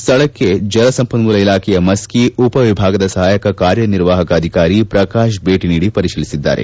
ಸ್ವಕ್ಷೆ ಜಲ ಸಂಪನೂಲ ಇಲಾಖೆಯ ಮಸ್ತಿ ಉಪ ವಿಭಾಗದ ಸಹಾಯಕ ಕಾರ್ಯನಿರ್ವಾಹಕ ಅಧಿಕಾರಿ ಪ್ರಕಾಶ್ ಭೇಟಿ ನೀಡಿ ಪರಿಶೀಲಿಸಿದ್ದಾರೆ